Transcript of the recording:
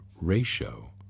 ratio